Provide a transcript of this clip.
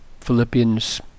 Philippians